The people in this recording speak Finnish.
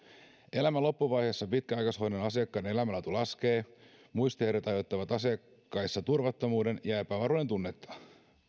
elämän loppuvaiheessa pitkäaikaishoidon asiakkaiden elämänlaatu laskee muistihäiriöt aiheuttavat asiakkaissa turvattomuuden ja ja epävarmuuden tunnetta